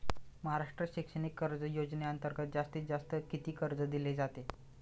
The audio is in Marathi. महाराष्ट्र शैक्षणिक कर्ज योजनेअंतर्गत जास्तीत जास्त किती कर्ज दिले जाते?